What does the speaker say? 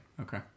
Okay